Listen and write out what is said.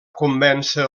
convèncer